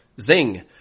zing